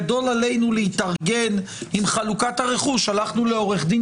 גדול עלינו להתארגן עם חלוקת הרכוש אז הלכנו לעורך דין